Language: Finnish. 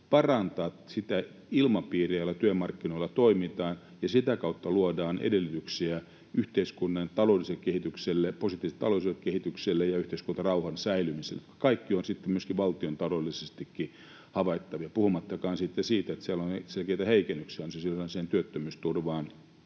parantaa sitä ilmapiiriä, jolla työmarkkinoilla toimitaan, ja sitä kautta luoda edellytyksiä yhteiskunnan taloudelliselle kehitykselle, positiiviselle talouskehitykselle, ja yhteiskuntarauhan säilymiselle. Kaikki ovat sitten myöskin valtiontaloudellisestikin havaittavia, puhumattakaan sitten siitä, että siellä on selkeitä heikennyksiä ansiosidonnaiseen työttömyysturvaan